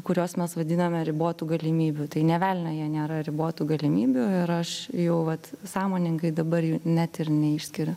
kuriuos mes vadiname ribotų galimybių tai nė velnio jie nėra ribotų galimybių ir aš jau vat sąmoningai dabar jų net ir neišskiriu